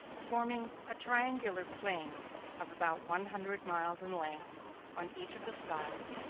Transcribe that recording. forming a triangular plain of about one hundred miles in length on each of the sides,